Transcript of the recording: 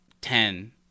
Ten